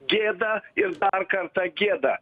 gėda ir dar kartą gėda